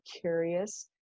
curious